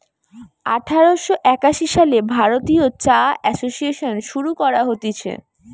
আঠার শ একাশি সালে ভারতীয় চা এসোসিয়েসন শুরু করা হতিছে